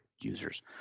users